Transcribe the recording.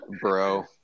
bro